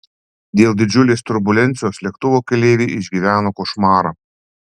dėl didžiulės turbulencijos lėktuvo keleiviai išgyveno košmarą